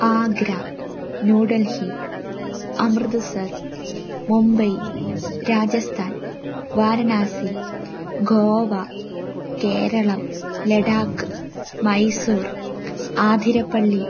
Agra New Delhi Amritsar Mumbai Rajasthan Varanasi Goa Keralam Ladakh Mysore Athirappilly